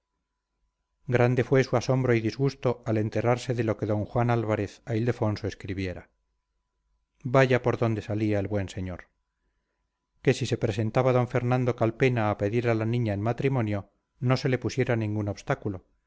grande fue su asombro y disgusto al enterarse de lo que d juan álvarez a ildefonso escribiera vaya por dónde salía el buen señor que si se presentaba d fernando calpena a pedir a la niña en matrimonio no se le pusiera ningún obstáculo